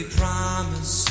promise